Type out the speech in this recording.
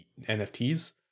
NFTs